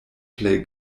plej